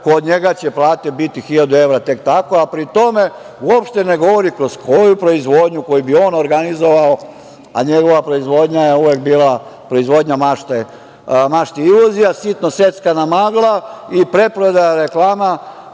kod njega plate biti hiljadu evra tek tako, a pri tome uopšte ne govori kroz koju proizvodnju koju bi on organizovao, a njegova proizvodnja je uvek bila proizvodnja mašte i iluzija, sitno seckana magla i preprodaja reklama